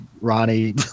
Ronnie